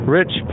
rich